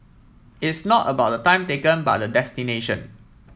it's not about the time taken but the destination